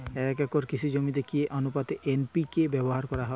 এক একর কৃষি জমিতে কি আনুপাতে এন.পি.কে ব্যবহার করা হয়?